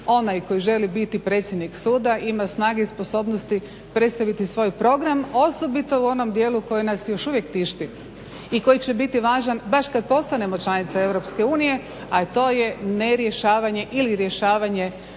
onaj koji želi biti predsjednik suda ima snage i sposobnosti predstaviti svoj program osobito u onom dijelu koji nas još uvijek tišti i koji će biti važan baš kad postanemo članica EU, a to je nerješavanje ili rješavanje